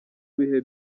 bihe